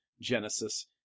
Genesis